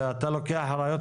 אתה אומר שהכול ורוד.